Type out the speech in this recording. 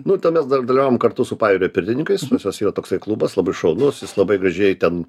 nu ten mes dar dalyvavom kartu su pajūrio pirtininkais pas juos yra toksai klubas labai šaunus jis labai gražiai ten